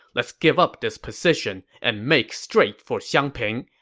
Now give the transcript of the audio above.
let's give up this position and make straight for xiangping.